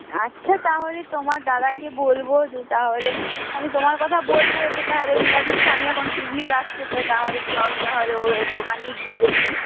আচ্ছা তাহলে তোমার দাদাকে বলব যে তাহলে আমি তোমার কথা বলব যে তাহলে রিনাদির স্বামী এখন টি ভিও রাখছে তো তাহলে চলো তাহলে ওর দোকানেই গিয়ে দেখি